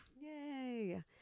Yay